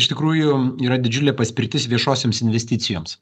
iš tikrųjų yra didžiulė paspirtis viešosioms investicijoms